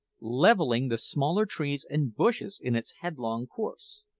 levelling the smaller trees and bushes in its headlong course.